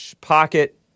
pocket